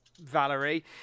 Valerie